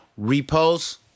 repost